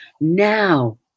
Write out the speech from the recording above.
now